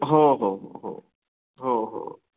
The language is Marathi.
हो हो हो हो हो हो